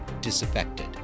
disaffected